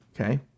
Okay